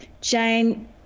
Jane